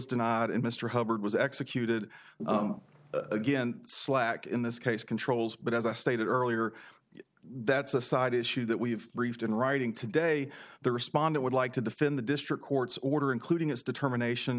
denied and mr hubbard was executed again slack in this case controls but as i stated earlier that's a side issue that we've raised in writing today the respondent would like to defend the district court's order including his determination